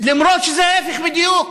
למרות שזה ההיפך בדיוק,